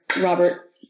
Robert